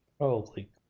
Holy